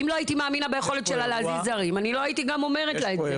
אם לא הייתי מאמינה ביכולת שלה להזיז הרים לא הייתי אומרת לה את זה.